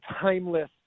timeless